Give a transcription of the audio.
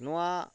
ᱱᱚᱣᱟ